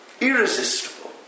Irresistible